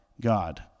God